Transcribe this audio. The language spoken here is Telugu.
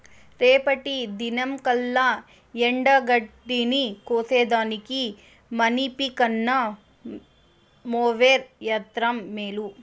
రేపటి దినంకల్లా ఎండగడ్డిని కోసేదానికి మనిసికన్న మోవెర్ యంత్రం మేలు